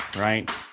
Right